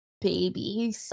baby